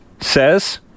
says